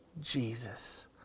Jesus